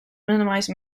minimise